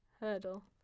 Hurdle